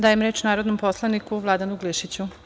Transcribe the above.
Dajem reč narodnom poslaniku Vladanu Glišiću.